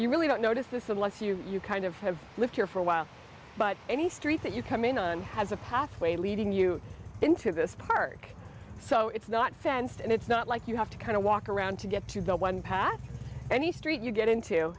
you really don't notice this unless you kind of have lived here for a while but any street that you come in on has a pathway leading you into this park so it's not fenced and it's not like you have to kind of walk around to get to the one pass any street you get into